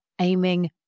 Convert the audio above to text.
aiming